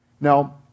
Now